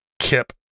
Kip